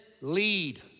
lead